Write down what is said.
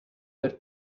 per